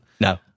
No